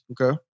Okay